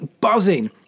buzzing